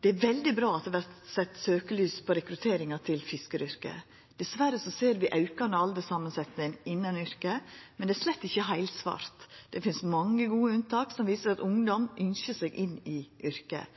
Det er veldig bra at det vert sett søkelys på rekrutteringa til fiskaryrket. Dessverre ser vi aukande negative tal i alderssamansetjinga innan yrket, men det er slett ikkje heilsvart. Det finst mange gode unntak som viser at ungdom ynskjer seg inn i yrket.